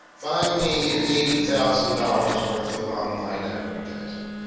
buy me eighty thousand dollars worth of online advertising.